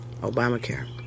Obamacare